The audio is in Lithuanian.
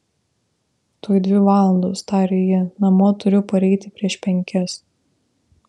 tuoj dvi valandos tarė ji namo turiu pareiti prieš penkias